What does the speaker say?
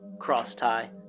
Cross-tie